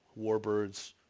warbirds